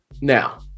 Now